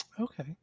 Okay